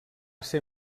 ser